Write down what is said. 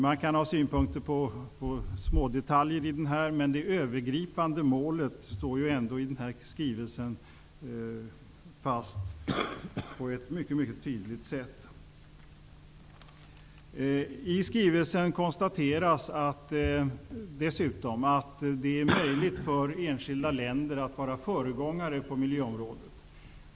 Man kan ha synpunkter på smådetaljer i den, men det övergripande målet står ändå i skrivelsen fast på ett mycket mycket tydligt sätt. I skrivelsen konstateras dessutom att det är möjligt för enskilda länder att vara föregångare på miljöområdet.